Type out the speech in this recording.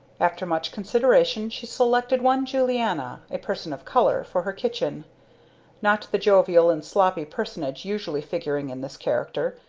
after much consideration she selected one julianna, a person of color, for her kitchen not the jovial and sloppy personage usually figuring in this character,